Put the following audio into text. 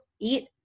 eat